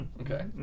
Okay